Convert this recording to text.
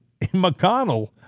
McConnell